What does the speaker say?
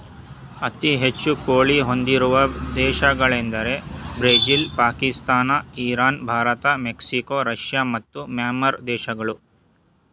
ಅತಿ ಹೆಚ್ಚು ಕೋಳಿ ಹೊಂದಿರುವ ದೇಶಗಳೆಂದರೆ Brazil Pakistan Iran Bharat Mexico Russia ಮತ್ತು ಮ್ಯಾನ್ಮಾರ್ ದೇಶಗಳು